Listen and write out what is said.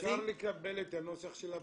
אפשר לקבל את הנוסח של המתווה?